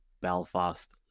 Belfast